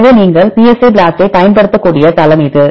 எனவே நீங்கள் psi BLAST ஐப் பயன்படுத்தக்கூடிய தளம் இது